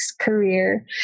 career